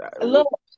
look